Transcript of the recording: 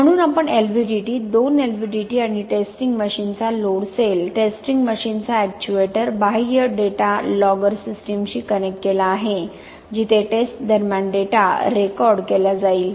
म्हणून आपण एलव्हीडीटी दोन एलव्हीडीटी आणि टेस्टिंग मशीनचा लोड सेल टेस्टिंग मशीनचा एक्ट्युएटर बाह्य डेटा लॉगर सिस्टमशी कनेक्ट केला आहे जिथे टेस्ट दरम्यान डेटा रेकॉर्ड केला जाईल